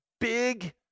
Big